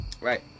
Right